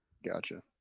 Gotcha